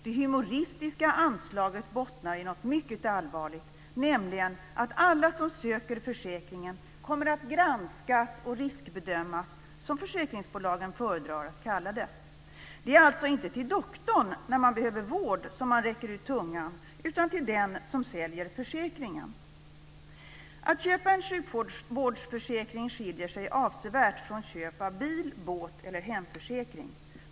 Det humoristiska anslaget bottnar i något mycket allvarligt, nämligen att alla som söker försäkringen kommer att granskas eller riskbedömas, som försäkringsbolagen föredrar att kalla det. Det är alltså inte till doktorn när man behöver vård som man räcker ut tungan utan till den som säljer försäkringen. Att köpa en sjukvårdsförsäkring skiljer sig avsevärt från köp av bil-, båt eller hemförsäkring.